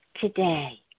today